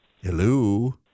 Hello